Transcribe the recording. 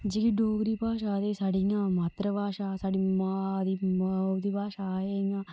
जेह्ड़़ी डोगरी भाषा ते साढ़ी इयां मातृभाषा साढ़ी मां दी माऊ दी भाषा एह्